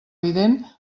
evident